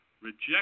reject